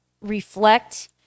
reflect